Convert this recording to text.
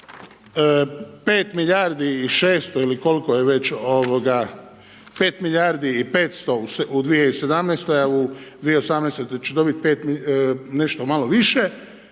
5 milijardi i 600 ili koliko je već, 5 milijardi i 500 u 2017., a u 2018. će dobiti nešto malo više,